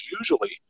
Usually